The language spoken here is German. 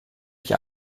ich